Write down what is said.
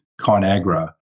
ConAgra